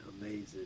amazing